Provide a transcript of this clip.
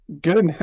Good